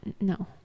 no